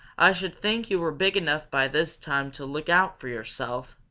i should think you were big enough by this time to look out for yourself!